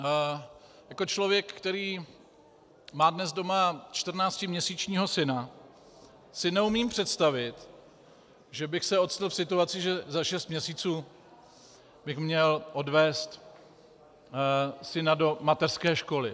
Já jako člověk, který má dnes doma čtrnáctiměsíčního syna, si neumím představit, že bych se ocitl v situaci, že za šest měsíců bych měl odvést syna do mateřské školy.